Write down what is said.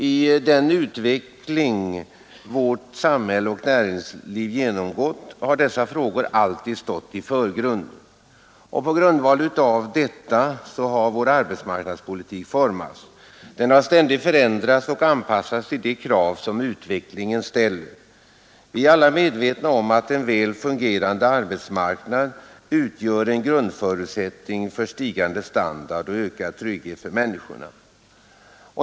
I den utveckling vårt samhälle och näringsliv genomgått har dessa frågor alltid stått i förgrunden. På grundval av detta har vår arbetsmarknadspolitik formats. Den har ständigt förändrats och anpassats till de krav som utvecklingen ställer. Vi är alla medvetna om att en väl fungerande arbetsmarknad utgör en grundförutsättning för stigande standard och ökad trygghet för människorna.